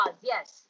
Yes